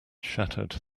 shattered